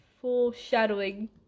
foreshadowing